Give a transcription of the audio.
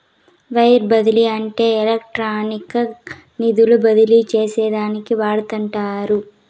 wire బదిలీ అంటే ఎలక్ట్రానిక్గా నిధులు బదిలీ చేసేదానికి వాడతండారు